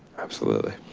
absolutely,